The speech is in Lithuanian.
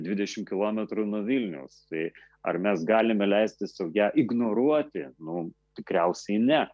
dvidešimt kilometrų nuo vilniaus tai ar mes galime leisti sau ją ignoruoti nu tikriausiai ne